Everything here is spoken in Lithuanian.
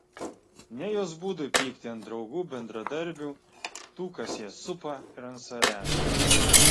ne jos būdui pykti ant draugų bendradarbių tų kas ją supa ir ant savęs